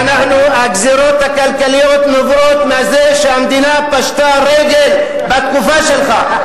והגזירות הכלכליות נובעות מזה שהמדינה פשטה רגל בתקופה שלך.